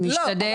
נשתדל.